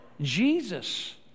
Jesus